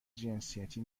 جنسیتی